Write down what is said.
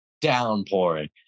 downpouring